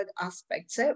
aspects